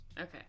okay